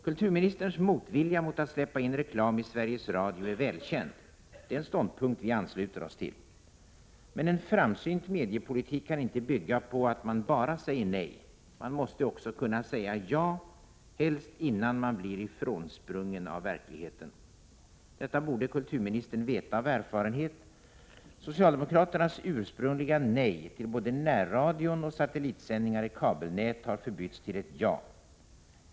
Kulturministerns motvilja mot att släppa in reklam i Sveriges Radio är välkänd: Det är en ståndpunkt vi ansluter oss till. En framsynt mediepolitik kan emellertid inte bygga på att man bara säger nej. Man måste också kunna säga ja — helst innan man blir ifrånsprungen av verkligheten. Detta borde kulturministern veta av erfarenhet. Socialdemokraternas ursprungliga nej till både närradion och till satellitsändningar i kabelnät har förbytts till ett ja.